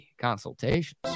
Consultations